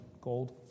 gold